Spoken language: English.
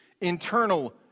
internal